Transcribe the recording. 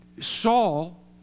Saul